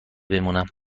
بمونم